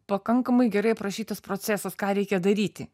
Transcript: pakankamai gerai aprašytas procesas ką reikia daryti